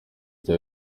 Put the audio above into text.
cya